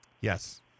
Yes